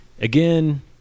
Again